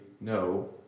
no